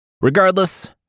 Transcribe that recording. Regardless